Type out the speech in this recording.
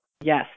Yes